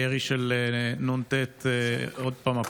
ירי של נ"ט עוד פעם,